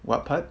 what part